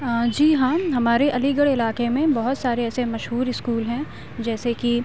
جی ہاں ہمارے علی گڑھ علاقے میں بہت سارے ایسے مشہور اسکول ہیں جیسے کہ